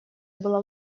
была